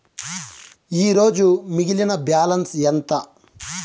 ఈరోజు మిగిలిన బ్యాలెన్స్ ఎంత?